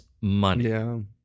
money